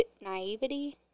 naivety